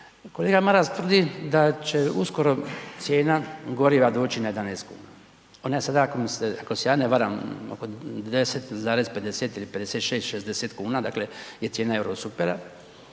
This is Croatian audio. Kolega Maras tvrdi da će uskoro cijena goriva doći na 11 kuna. Ona je sada, ako se ja ne varam, oko 10,50 ili 56, 60 kn, dakle je cijena Eurosupera,